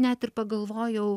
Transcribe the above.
net ir pagalvojau